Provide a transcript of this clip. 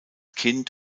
kind